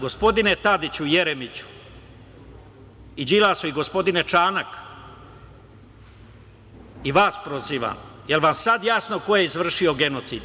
Gospodine Tadiću, Jeremiću i Đilasu i gospodine Čanak, i vas prozivam, jel vam sad jasno ko je izvršio genocid?